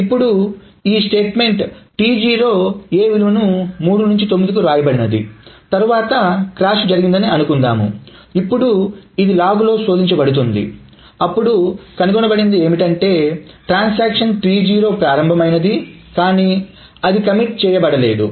ఇప్పుడు ఈ స్టేట్మెంట్ వ్రాత T0 A 3 9 తరువాత క్రాష్ జరిగిందని అనుకుందాం ఇప్పుడు ఇది లాగ్ లో శోధించబడుతోంది అప్పుడు కనుగొనబడినది ఏమిటంటే లావాదేవీ T0 ప్రారంభమైంది కానీ అది ఉంది కమిట్ చేయబడలేదు